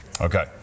Okay